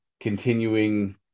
continuing